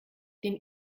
den